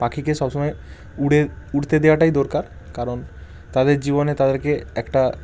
পাখিকে সবসময় উড়ে উড়তে দেওয়াটাই দরকার কারণ তাদের জীবনে তাদেরকে একটা